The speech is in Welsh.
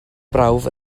brawf